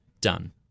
done